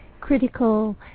critical